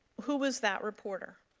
who was that reporter?